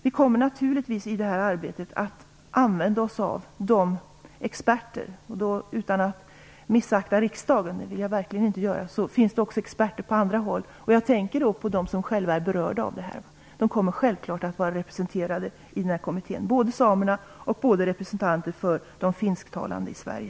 I det här arbetet kommer vi naturligtvis att använda oss av experter. Jag säger detta utan att missakta riksdagen, det vill jag verkligen inte göra. Det finns dock experter även på andra håll. Jag tänker på de personer som själva är berörda av det här. De kommer självfallet att vara representerade i kommittén - såväl samerna som de finsktalande i Sverige.